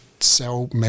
sell